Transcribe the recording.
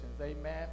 amen